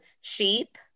sheep